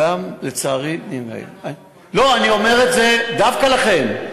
אני אומר את זה דווקא לכם.